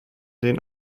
den